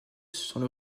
sont